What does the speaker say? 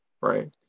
right